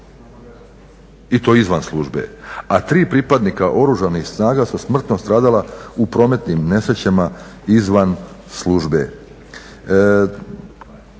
i to izvan službe, a 3 pripadnika Oružanih snaga su smrtno stradala u prometnim nesrećama izvan službe.